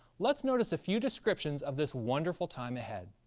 let's notice a few descriptions of this wonderful time ahead.